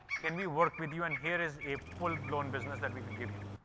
can we work with you and here is a full blown business that we could give you.